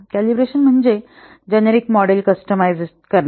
calibration म्हणजे generic model customise करणे